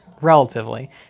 relatively